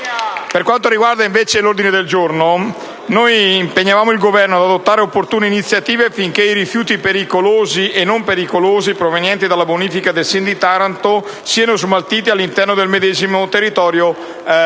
Per quanto riguarda invece l'ordine del giorno G105, impegniamo il Governo ad adottare opportune iniziative affinché i rifiuti pericolosi e non pericolosi provenienti dalle bonifiche del SIN di Taranto siano smaltiti all'interno del medesimo territorio regionale.